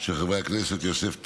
של חברי הכנסת יוסף טייב,